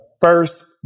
first